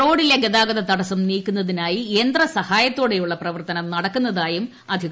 റോഡിലെ ഗതാഗത തടസ്സം നീക്കുന്നതിനായി യന്ത്ര സഹായ്ത്തോടെയുള്ള പ്രവർത്തനം നടക്കുന്നതായും അധികൃതർ പിളഞ്ഞു്